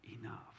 enough